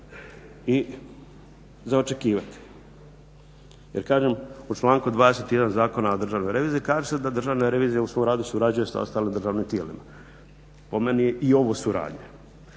i za očekivati. Jer kažem, u članku 21. Zakona o Državnoj reviziji kaže se da Državna revizija u svom radu surađuje sa ostalim državnim tijelima. Po meni je i ovo suradnja.